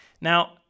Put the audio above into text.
Now